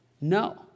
no